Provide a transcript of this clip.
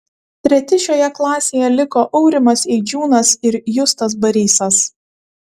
treti šioje klasėje liko aurimas eidžiūnas ir justas barysas